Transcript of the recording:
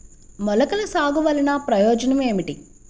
మొలకల సాగు వలన ప్రయోజనం ఏమిటీ?